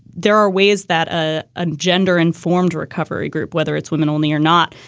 there are ways that a ah gender informed recovery group, whether it's women only or not,